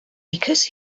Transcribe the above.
because